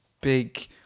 big